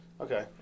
Okay